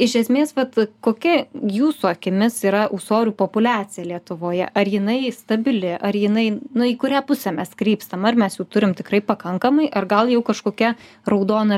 iš esmės vat kokia jūsų akimis yra ūsorių populiacija lietuvoje ar jinai stabili ar jinai nu į kurią pusę mes krypstam ar mes jų turim tikrai pakankamai ar gal jau kažkokia raudona